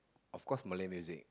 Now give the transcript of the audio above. of course Malay music